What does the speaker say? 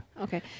Okay